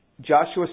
Joshua